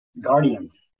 Guardians